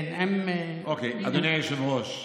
אדוני היושב-ראש,